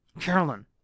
Carolyn